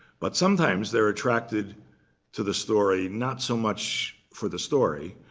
but sometimes they're attracted to the story, not so much for the story,